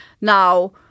Now